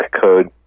code